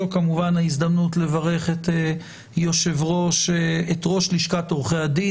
זו כמובן ההזדמנות לברך את ראש לשכת עורכי הדין.